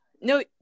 No